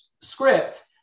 script